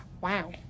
Wow